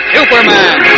Superman